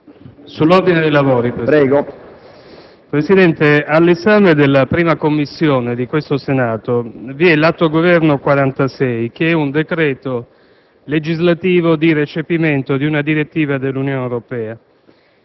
*(AN)*. Signor Presidente, all'esame della 1a Commissione del Senato vi è l'Atto Governo n. 46, che è un decreto legislativo di recepimento di una direttiva dell'Unione Europea.